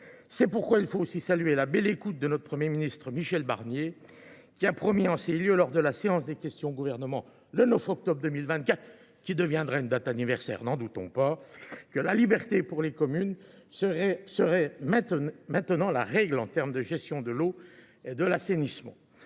C’est pourquoi il faut également saluer la belle écoute de notre Premier ministre Michel Barnier, qui a promis en ces lieux, lors de la séance des questions au Gouvernement du 9 octobre 2024 – qui deviendra une date anniversaire, n’en doutons pas !–, que la liberté pour les communes serait maintenant la règle en termes de gestion de l’eau et de l’assainissement.